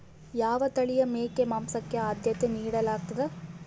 ಯಾವ ತಳಿಯ ಮೇಕೆ ಮಾಂಸಕ್ಕೆ, ಆದ್ಯತೆ ನೇಡಲಾಗ್ತದ?